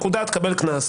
תקבל קנס".